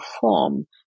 form